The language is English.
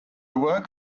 work